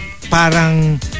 parang